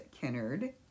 Kennard